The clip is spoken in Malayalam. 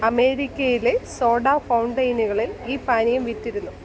അമേരിക്കയിലെ സോഡാ ഫൗണ്ടനുകളിൽ ഈ പാനീയം വിറ്റിരുന്നു